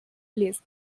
pleased